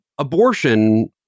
Abortion